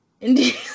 Indeed